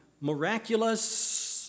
miraculous